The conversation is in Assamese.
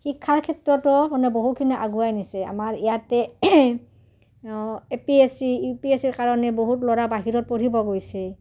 শিক্ষাৰ ক্ষেত্ৰতো মানে বহুখিনি আগুৱাই নিছে আমাৰ ইয়াতে A P S C U P S C ৰ কাৰণে বহুত ল'ৰা বাহিৰত পঢ়িব গৈছে